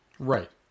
right